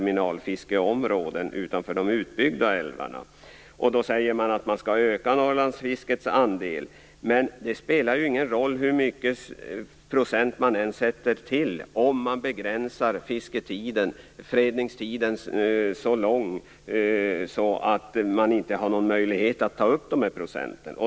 Man säger att man skall öka Norrlandsfiskets andel. Men det spelar ingen roll hur många procent man lägger till om fredningstiden är så lång att man inte har någon möjlighet att ta upp dessa procent.